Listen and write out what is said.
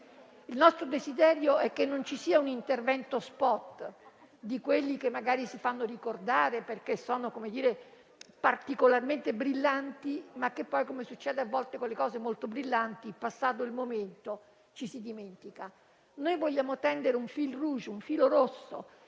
Il nostro desiderio è che non ci sia un intervento *spot*, di quelli che magari si fanno ricordare perché sono particolarmente brillanti, ma di cui poi - come succede a volte con le cose molto brillanti - passato il momento, ci si dimentica. Noi vogliamo tendere un *fil rouge* che attraversi